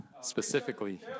specifically